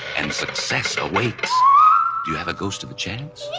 and success awaits, do you have a ghost of a chance?